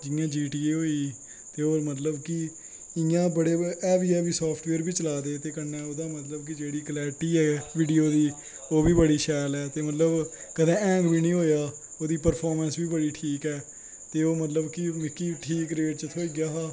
जियां G T A होई होर मतलव कि इयां बड़े हैवी हैवी साफ्टबेयर बी चलादे कन्नै ओह्दी मतलव की कलेयरटी ऐ वीडियो दी ओह् बी बड़ी शैल ऐ ते मतलव कदैं हैंग बी नी होआ एह्दी प्रफामैंस बी ठीक ऐ ते ओह् मतलव कि मिगी ठीक रेट च थ्होई आ हा